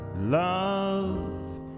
Love